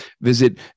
visit